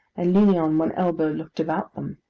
and leaning on one elbow, looked about them.